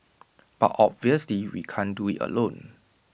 but obviously we can't do IT alone